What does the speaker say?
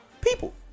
people